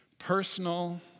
personal